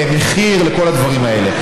למחיר ולכל הדברים האלה.